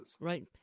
Right